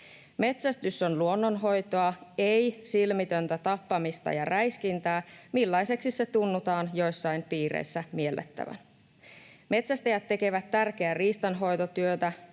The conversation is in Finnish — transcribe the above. Metsästys on luonnonhoitoa, ei silmitöntä tappamista ja räiskintää, millaiseksi se tunnutaan joissain piireissä miellettävän. Metsästäjät tekevät tärkeää riistanhoitotyötä,